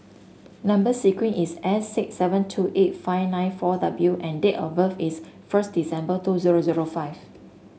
number sequence is S six seven two eight five nine four W and date of birth is first December two zero zero five